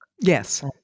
Yes